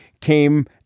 came